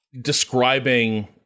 describing